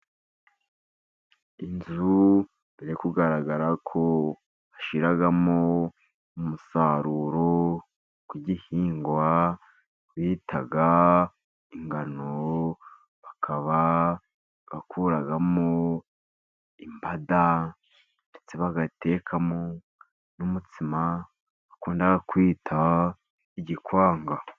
Inzu biri kugaragara ko bashyiramo umusaruro w'igihingwa bita ingano, bakaba bakuramo imbada, ndetse bagateka n'umutsima bakunda kwita igikwanga.